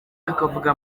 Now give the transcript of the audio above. akavuga